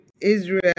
Israel